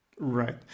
Right